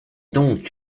donc